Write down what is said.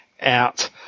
out